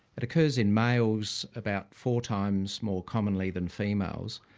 it occurs in males about four times more commonly than females,